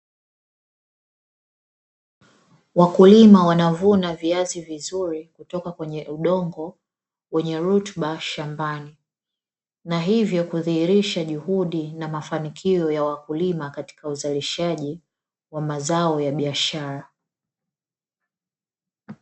Wakulima wanavuna viazi vizuri kutoka kwenye udongo wenye rutuba shambani na hivyo kudhihirisha juhudi na mafanikio ya wakulima katika uzalishaji wa mazao ya biahara.